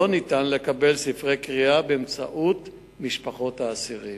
לא ניתן לקבל ספרי קריאה באמצעות משפחות האסירים.